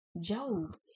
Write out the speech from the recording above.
Job